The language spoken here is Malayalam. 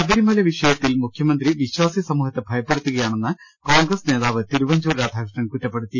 ശബരിമല വിഷയത്തിൽ മുഖ്യമന്ത്രി വിശ്വാസി സമൂഹത്തെ ഭയ പ്പെടുത്തുകയാണെന്ന് കോൺഗ്രസ് നേതാവ് തിരുവഞ്ചൂർ രാധാകൃ ഷ്ണൻ കുറ്റപ്പെടുത്തി